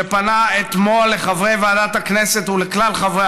שפנה אתמול לחברי ועדת הכנסת ולכלל חברי